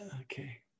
Okay